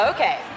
Okay